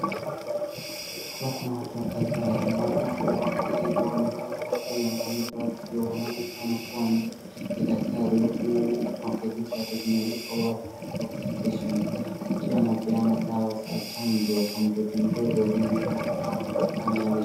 Hapa kuna watu kadhaa, mmoja wapo amevaa kofia na vioo, anaonekana kuwa daktari huku mabega zake zimeandikwa World Health Organization akiwa anapeana dawa za chanjo kwa mtoto mdogo mwenye huyu mama amekaa naye.